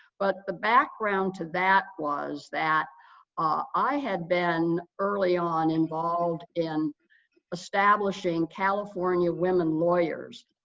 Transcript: but the background to that was that i had been early on involved in establishing california women lawyers,